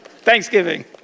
Thanksgiving